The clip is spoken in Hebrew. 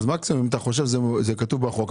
אז מקסימום אם אתה חושב שזה כתוב בחוק,